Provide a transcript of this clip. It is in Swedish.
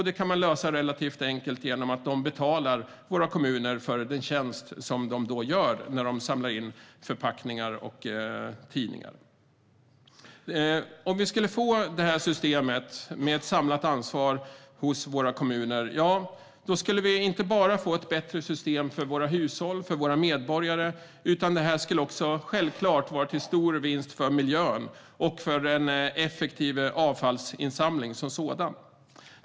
Det kan man lösa relativt enkelt genom att de betalar våra kommuner för den tjänst kommunerna gör när de samlar in förpackningar och tidningar. Skulle vi få ett system med ett samlat ansvar hos våra kommuner skulle vi inte bara få ett bättre system för våra hushåll och medborgare. Det skulle självklart också vara en stor vinst för miljön och för en effektiv avfallsinsamling som sådan.